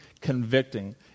Convicting